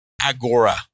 agora